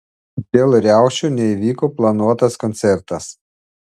dėl riaušių neįvyko planuotas koncertas